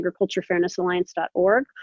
agriculturefairnessalliance.org